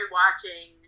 watching